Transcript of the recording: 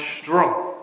strong